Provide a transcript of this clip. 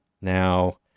now